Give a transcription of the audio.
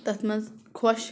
تَتھ منٛز خۄش